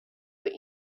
but